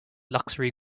luxury